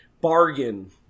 bargain